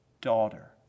daughter